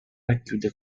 racchiude